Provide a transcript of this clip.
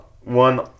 one